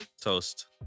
Toast